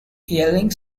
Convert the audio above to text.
ealing